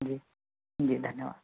जी जी धन्यवाद